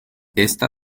esta